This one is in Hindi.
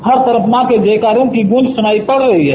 हर तरफ मां के जयकारों की गूंज सुनाई पड़ रही है